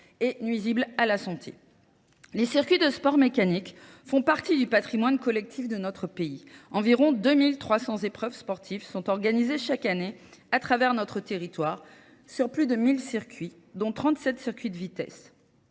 et nuisible à la santé. Les circuits de sport mécanique font partie du patrimoine collectif de notre pays. Environ 2 300 épreuves sportives sont organisées chaque année à travers notre territoire sur plus de 1000 circuits, dont 37 circuits de vitesse.